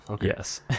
Yes